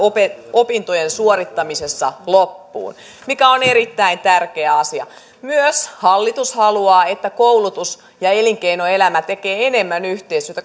opintojen suorittamisessa loppuun mikä on erittäin tärkeä asia myös hallitus haluaa että koulutus ja elinkeinoelämä tekevät enemmän yhteistyötä